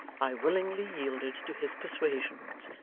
i willingly yielded to his persuasions,